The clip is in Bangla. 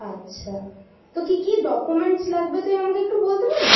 আচ্ছা তো কী কী ডকুমেন্টস লাগবে তুই আমাকে একটু বলতে পারবি